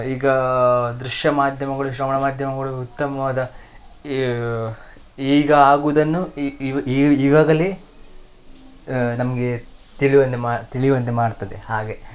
ಈಗ ದೃಶ್ಯ ಮಾಧ್ಯಮಗಳು ಶ್ರವಣ ಮಾಧ್ಯಮಗಳು ಉತ್ತಮವಾದ ಈಗ ಆಗೋದನ್ನು ಈ ಇವಾಗಲೇ ನಮಗೆ ತಿಳುವಂತೆ ಮಾ ತಿಳಿಯುವಂತೆ ಮಾಡ್ತದೆ ಹಾಗೆ